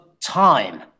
time